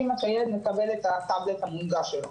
עד שהילד מקבל את הטאבלט המונגש שלו,